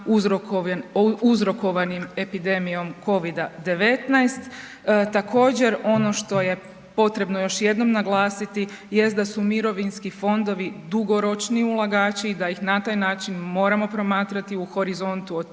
uzrokovanim epidemijom Covida-19. Također ono što je potrebno još jednom naglasiti jest da su mirovinski fondovi dugoročni ulagači i da ih na taj način moramo promatrati u horizontu od